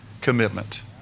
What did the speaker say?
commitment